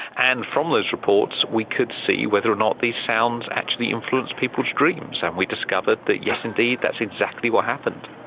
and from those reports we could see whether or not these sounds actually influenced people's dreams. and we discovered that yes indeed, that's exactly what happened.